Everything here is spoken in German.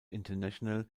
international